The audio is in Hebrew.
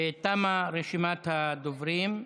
תמה רשימת הדוברים.